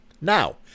Now